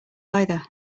either